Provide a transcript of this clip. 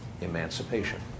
emancipation